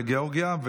לגיאורגיה,